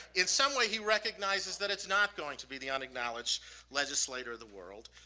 in some way, he recognizes that it's not going to be the unacknowledged legislator of the world.